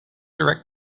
direct